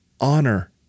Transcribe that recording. Honor